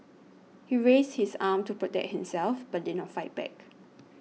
he raised his arm to protect himself but did not fight back